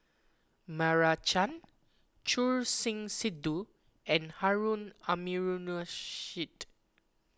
Meira Chand Choor Singh Sidhu and Harun Aminurrashid